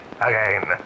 again